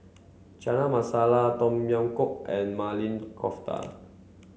Chana Masala Tom Yam Goong and Maili Kofta